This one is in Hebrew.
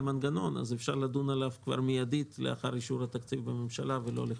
מנגנון אז אפשר לדון עליו מייד לאחר אישור התקציב בממשלה ולא לחכות.